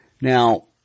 Now